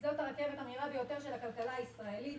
של הכלכלה הישראלית.